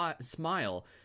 smile